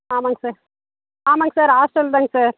ஆமாம்ங்க சார் ஆமாம்ங்க sir hostel தாங்க சார்